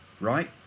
right